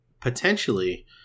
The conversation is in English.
potentially